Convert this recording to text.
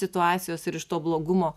situacijos ir iš to blogumo